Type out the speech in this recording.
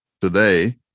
Today